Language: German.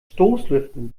stoßlüften